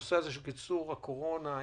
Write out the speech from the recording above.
הנושא של קיצור הבידוד היה